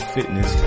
Fitness